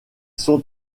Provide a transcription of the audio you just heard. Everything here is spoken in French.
sont